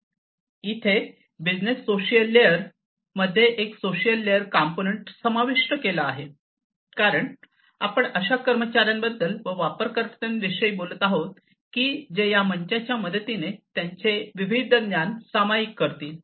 इथे business social layer मध्ये एक सोशिअल लेअर कॉम्पोनन्ट समाविष्ट केला आहे कारण आपण अशा कर्मचार्यांबद्दल व वापरकर्त्यांविषयी बोलत आहोत की जे या मंचांच्या मदतीने त्यांचे विविध ज्ञान सामायिक करतील